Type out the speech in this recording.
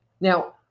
now